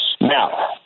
Now